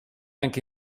anche